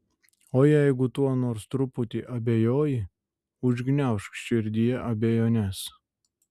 o jeigu tuo nors truputį abejoji užgniaužk širdyje abejones